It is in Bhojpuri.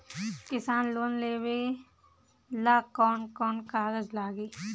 किसान लोन लेबे ला कौन कौन कागज लागि?